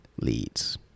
leads